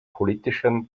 politischen